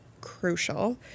crucial